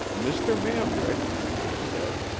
mr. manrich, he said,